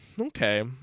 okay